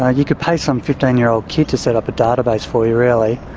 ah you could pay some fifteen year old kid to set up a database for you, really.